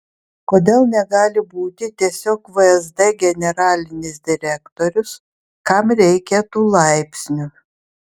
kodėl negali būti tiesiog vsd generalinis direktorius kam reikia tų laipsnių